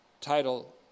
title